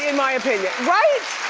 and my opinion, right!